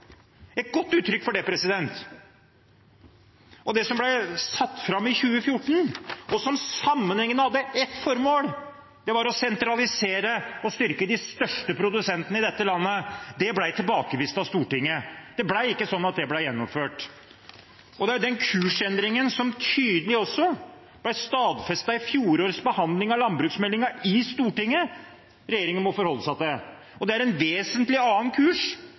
et godt uttrykk for det. Det som ble satt fram i 2014, hadde ett formål, og det var å sentralisere og styrke de største produsentene i dette landet. Det ble tilbakevist av Stortinget. Det ble ikke gjennomført. Det er den kursendringen – som tydelig er stadfestet i fjorårets behandling av landbruksmeldingen i Stortinget – regjeringen må forholde seg til, og det er en vesentlig annen kurs